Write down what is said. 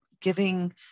giving